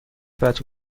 پتو